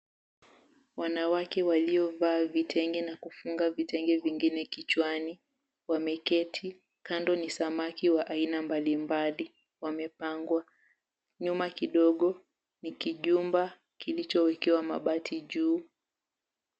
Wanawake waliovaa vitenge na kufunga vitenge vingine kichwani, wameketi. 𝐾ando ni samaki wa aina mbali mbali wamepangwa. Nyuma kidogo ni kijumba kilichowekewa mabati juu.